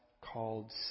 called